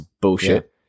Bullshit